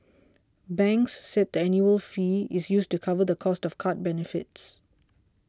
banks said that annual fee is used to cover the cost of card benefits